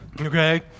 Okay